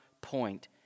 point